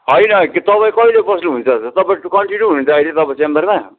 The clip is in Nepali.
होइन कि तपाईँ कहिले बस्नुहुन्छ तपाईँ कन्टिन्यू हुनुहुन्छ अहिले तपाईँ च्याम्बरमा